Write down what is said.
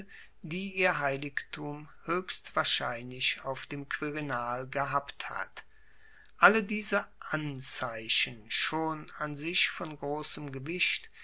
die ihr heiligtum hoechst wahrscheinlich auf dem quirinal gehabt hat alle diese anzeichen schon an sich von grossem gewicht